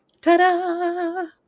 Ta-da